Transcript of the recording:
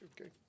okay